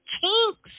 kinks